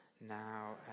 now